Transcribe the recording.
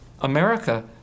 america